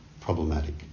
problematic